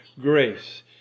grace